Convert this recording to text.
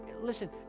listen